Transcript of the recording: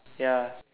ya